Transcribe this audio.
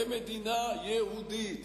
כמדינה יהודית,